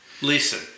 listen